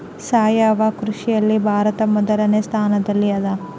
ಸಾವಯವ ಕೃಷಿಯಲ್ಲಿ ಭಾರತ ಮೊದಲನೇ ಸ್ಥಾನದಲ್ಲಿ ಅದ